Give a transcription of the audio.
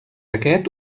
aquest